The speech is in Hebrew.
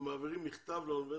הם מעבירים מכתב לאוניברסיטה?